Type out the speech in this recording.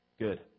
good